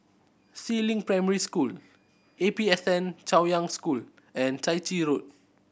Si Ling Primary School A P S N Chaoyang School and Chai Chee Road